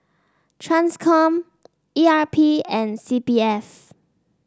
Transcom E R P and C P F